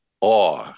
awe